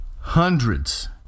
hundreds